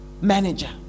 manager